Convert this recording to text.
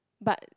but